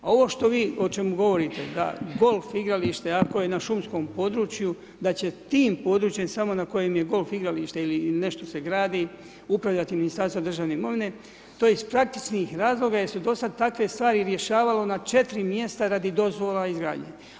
A ovo što vi, o čemu govorite da golf igralište ako je na šumskom području da će nad tim područjem samo na kojem je golf igralište ili nešto se gradi upravljati Ministarstvo državne imovine to iz praktičnih razloga jer su do sad takve stvari rješavalo na četiri mjesta radi dozvola izgradnje.